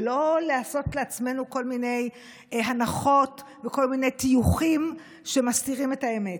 ולא לעשות לעצמנו כל מיני הנחות וכל מיני טיוחים שמסתירים את האמת.